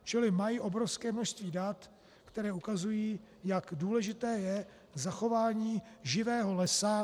Čili mají obrovské množství dat, která ukazují, jak důležité je zachování živého lesa.